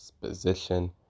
position